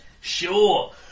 Sure